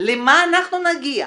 למה אנחנו נגיע?